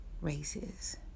races